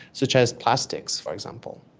such as plastics, for example.